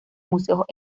museos